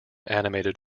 animated